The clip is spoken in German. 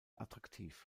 attraktiv